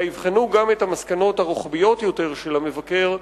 אלא יבחנו גם את המסקנות הרוחביות יותר של המבקר,